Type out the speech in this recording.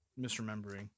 misremembering